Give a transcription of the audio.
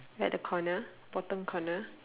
at the corner bottom corner